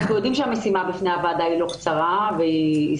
אנחנו יודעים שהמשימה בפני הוועדה לא קצרה וסבוכה.